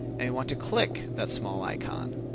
and we want to click that small icon.